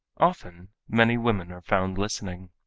often many women are found listening.